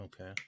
okay